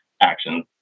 actions